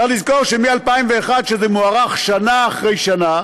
צריך לזכור שמ-2001, שזה מוארך שנה אחרי שנה,